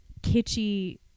kitschy